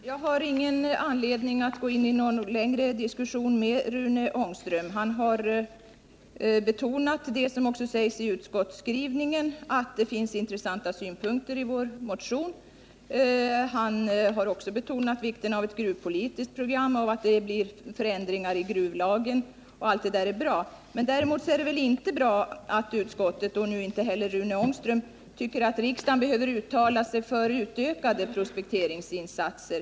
Herr talman! Jag har ingen anledning att gå in i någon längre diskussion med Rune Ångström. Han har betonat det som också sägs i utskottsskrivningen, att det finns intressanta synpunkter i vår motion. Han har också betonat vikten av ett gruvpolitiskt program och att det blir förändringar i gruvlagen. Allt det är bra. Men däremot är det väl inte bra att utskottet inte — och nu inte heller Rune Ångström — tycker att riksdagen behöver uttala sig för utökade prospekteringsinsatser.